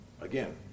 again